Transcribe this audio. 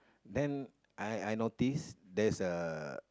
then I I notice there's a